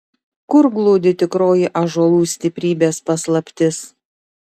kur glūdi tikroji ąžuolų stiprybės paslaptis